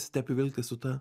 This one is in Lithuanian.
stepių vilkė su ta